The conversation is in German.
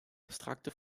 abstrakte